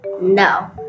No